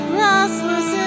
restless